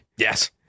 Yes